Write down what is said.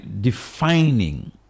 defining